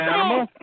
Animal